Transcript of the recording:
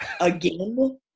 again